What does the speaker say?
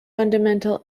fundamental